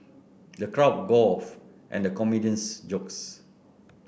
the crowd guffawed at the comedian's jokes